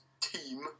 team